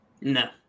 No